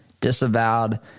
disavowed